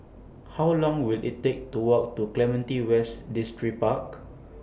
How Long Will IT Take to Walk to Clementi West Distripark